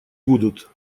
будут